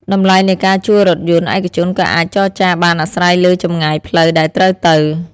តម្លៃនៃការជួលរថយន្តឯកជនក៏អាចចរចាបានអាស្រ័យលើចម្ងាយផ្លូវដែលត្រូវទៅ។